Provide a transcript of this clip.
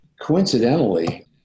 Coincidentally